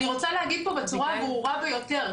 אני רוצה להגיד פה בצורה הברורה ביותר,